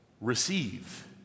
receive